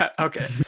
okay